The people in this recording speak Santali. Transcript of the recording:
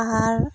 ᱟᱨ